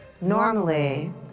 Normally